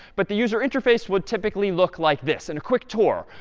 but the user interface would typically look like this. and a quick tour.